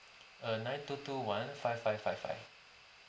uh nine two two one five five five five